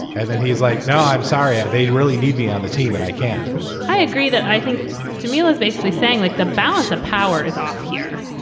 and then he's like, no, i'm sorry. they really need me on the team and i can't i agree that i think jamal is basically saying, like, the balance of power is off here.